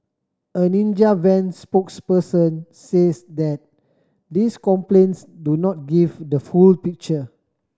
a Ninja Van spokesperson says that these complaints do not give the full picture